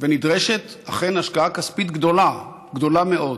ונדרשת אכן השקעה כספית גדולה, גדולה מאוד,